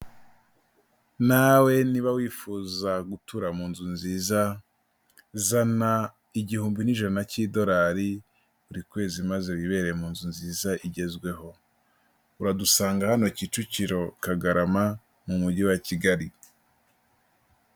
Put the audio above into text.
Nawe niba wifuza gutura mu nzu nziza zana igihumbi n'ijana cy'idorari buri kwezi maze wibere mu nzu nziza igezweho, uradusanga hano Kicukiro/ Kagarama mu mujyi wa Kigali.